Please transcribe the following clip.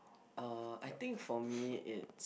uh I think for me it's